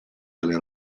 alle